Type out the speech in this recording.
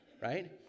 right